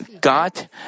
God